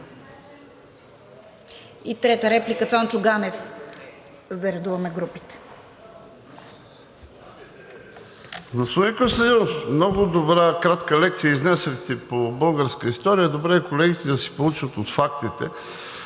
За трета реплика – Цончо Ганев, за да редуваме групите.